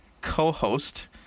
co-host